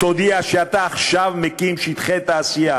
תודיע שאתה עכשיו מקים שטחי תעשייה